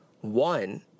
One